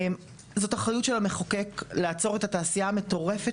זאת אחריות של המחוקק לעצור את התעשייה המטורפת